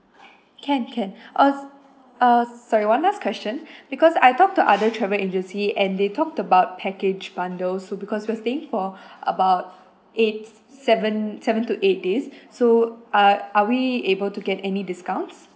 can can uh uh sorry one last question because I talked to other travel agency and they talked about package bundle so because we're staying for about eight seven seven to eight days so uh are we able to get any discounts